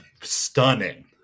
stunning